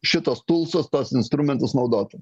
šituos tulsus tuos instrumentus naudotų